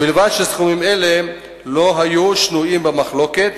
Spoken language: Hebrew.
ובלבד שסכומים אלה לא היו שנויים במחלוקת